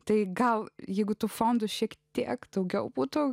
tai gal jeigu tų fondų šiek tiek daugiau būtų